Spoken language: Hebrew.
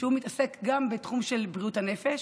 שעוסק גם בתחום של בריאות הנפש,